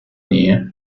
near